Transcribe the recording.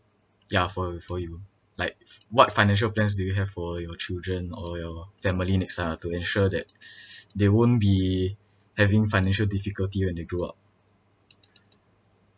ya for for you like what financial plans do you have for your children or your family next time ah to ensure that they won't be having financial difficulty when they grow up